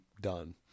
done